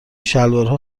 شلوارها